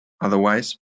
otherwise